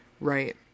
Right